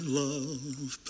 love